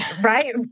Right